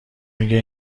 میگه